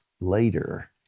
later